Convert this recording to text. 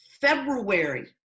February